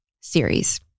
series